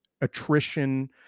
attrition